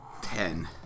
Ten